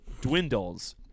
dwindles